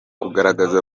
kugaragaza